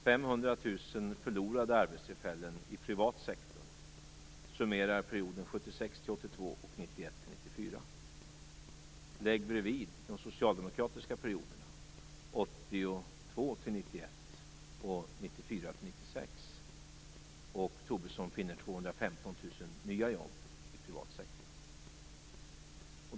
500 000 förlorade arbetstillfällen i privat sektor summerar perioderna 1976-1982 och 1991 1994. Lägg bredvid de socialdemokratiska perioderna 215 000 nya jobb i privat sektor.